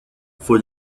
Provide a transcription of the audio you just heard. for